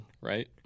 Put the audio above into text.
right